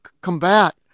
combat